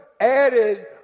added